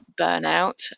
burnout